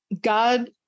god